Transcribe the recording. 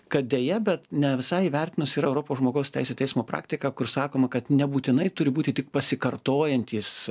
kad deja bet ne visai įvertinus yra europos žmogaus teisių teismo praktiką kur sakoma kad nebūtinai turi būti tik pasikartojantys